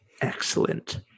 Excellent